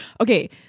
Okay